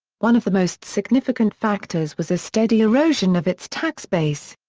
one of the most significant factors was a steady erosion of its tax base.